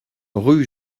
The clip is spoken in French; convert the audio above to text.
rue